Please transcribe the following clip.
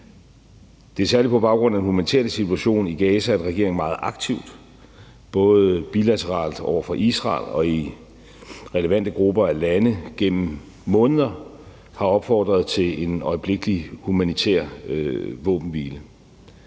Det er særlig på baggrund af den humanitære situation i Gaza, at regeringen meget aktivt, både bilateralt over for Israel og i relevante grupper af lande, gennem måneder har opfordret til en øjeblikkelig humanitær våbenhvile,